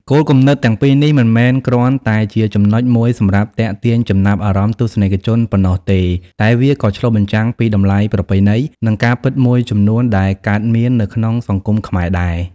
គោលគំនិតទាំងពីរនេះ មិនមែនគ្រាន់តែជាចំណុចមួយសម្រាប់ទាក់ទាញចំណាប់អារម្មណ៍ទស្សនិកជនប៉ុណ្ណោះទេ តែវាក៏ឆ្លុះបញ្ចាំងពីតម្លៃប្រពៃណី និងការពិតមួយចំនួនដែលកើតមាននៅក្នុងសង្គមខ្មែរដែរ។